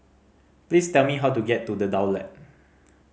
please tell me how to get to The Daulat